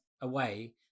away